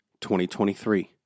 2023